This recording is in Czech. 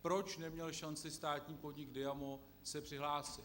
Proč neměl šanci státní podnik Diamo se přihlásit?